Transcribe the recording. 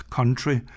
Country